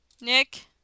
Nick